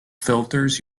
filters